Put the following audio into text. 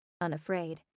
unafraid